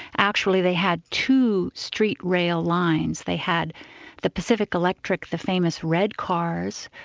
actually they had two street rail lines. they had the pacific electric, the famous red cars,